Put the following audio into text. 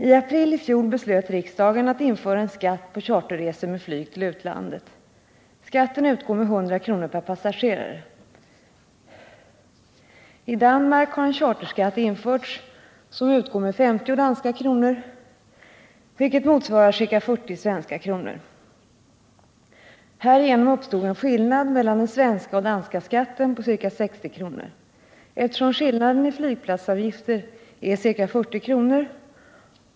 I april i fjol beslöt riksdagen att införa en skatt på charterresor med flyg till utlandet. Skatten utgår med 100 kr. per passagerare. I Danmark har en charterskatt införts som utgår med 50 danska kronor, vilket motsvarar ca 40 svenska kronor. Härigenom uppstod en skillnad mellan den svenska och danska skatten på ca 60 kr. Eftersom skillnaden i flygplatsavgifter är ca 40 kr.